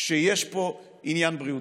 שיש פה עניין בריאותי.